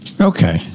Okay